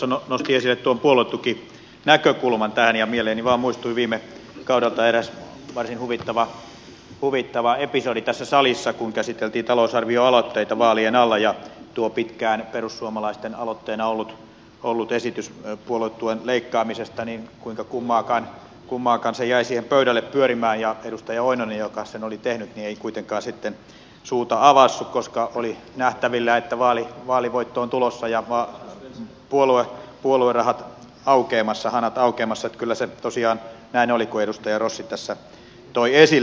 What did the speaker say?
edustaja rossi tuossa nosti esille tuon puoluetukinäkökulman ja mieleeni vain muistui viime kaudelta eräs varsin huvittava episodi tässä salissa kun käsiteltiin talousarvioaloitteita vaalien alla ja tuo pitkään perussuomalaisten aloitteena ollut esitys puoluetuen leikkaamisesta kuinka kummaakaan jäi siihen pöydälle pyörimään ja edustaja oinonen joka sen oli tehnyt ei kuitenkaan sitten suuta avannut koska oli nähtävillä että vaalivoitto on tulossa ja puoluerahahanat aukeamassa niin että kyllä se tosiaan näin oli kuten edustaja rossi tässä toi esille